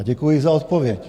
A děkuji za odpověď.